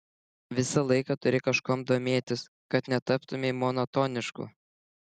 visą laiką turi kažkuom domėtis kad netaptumei monotonišku